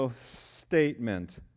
statement